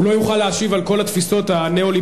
הוא לא יוכל להשיב על כל התפיסות הניאו-ליברליות